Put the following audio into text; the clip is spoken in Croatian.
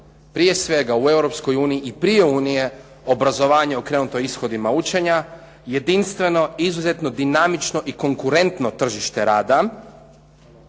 Europskoj uniji i prije unije obrazovanje okrenuto ishodima učenja, jedinstveno, izuzetno dinamično i konkurentno tržište rada